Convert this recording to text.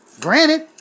Granted